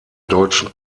deutschen